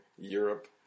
Europe